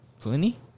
Plenty